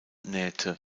nähte